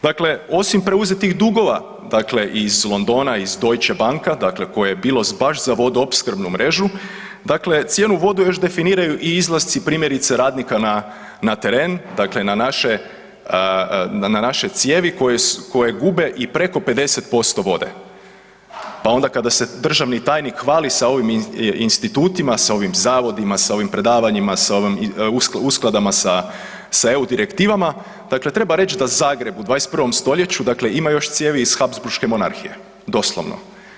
Dakle, osim preuzetih dugova, dakle iz Londona, iz Deutsche banka, dakle koje bilo baš za vodoopskrbnu mrežu, dakle cijenu vode još definiraju i izlasci primjerice radnika na teren, dakle na naše cijevi koje gube i preko 50% vode pa onda kada se državni tajnik hvali sa ovim institutima, sa ovim zavodima, sa ovim predavanjima, da ovim uskladama sa EU direktivama, dakle treba reć da Zagreb u 21. st. dakle ima još cijevi iz Habsburške monarhije, doslovno.